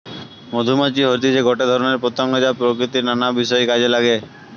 মধুমাছি হতিছে গটে ধরণের পতঙ্গ যা প্রকৃতির নানা বিষয় কাজে নাগে